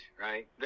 right